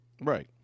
Right